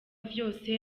vyose